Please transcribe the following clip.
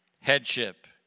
Headship